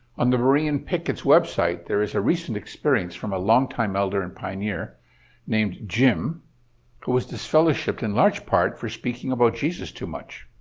on the beroean pickets website, there is a recent experience from a long-time elder and pioneer named jim who was disfellowshipped in large part for speaking about jesus too much.